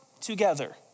together